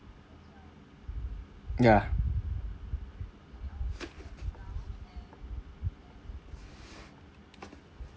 ya